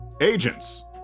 Agents